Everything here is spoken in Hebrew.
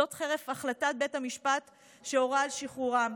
וזאת, חרף החלטת בית המשפט שהורה על שחרורם.